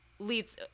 Leads